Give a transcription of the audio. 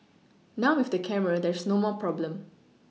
now with the camera there's no more problem